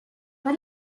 but